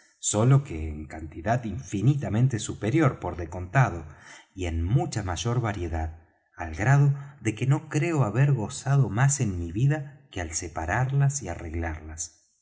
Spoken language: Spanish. sólo que en cantidad infinitamente superior por de contado y en mucha mayor variedad al grado de que no creo haber gozado más en mi vida que al separarlas y arreglarlas